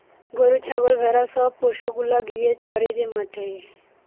গরু ছাগল ভেড়া সব পশু গুলা গিয়ে চরে যে মাঠে